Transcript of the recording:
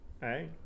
hey